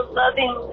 loving